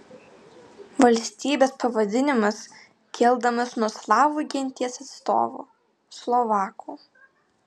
valstybės pavadinimas kildinamas nuo slavų genties atstovų slovakų